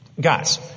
Guys